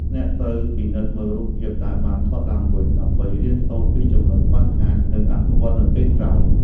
អ្នកត្រូវពិនិត្យមើលរូបភាពដែលបានថតឡើងវិញ ដើម្បីរៀនសូត្រពីចំណុចខ្វះខាត និងអភិវឌ្ឍនៅពេលក្រោយ។